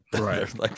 right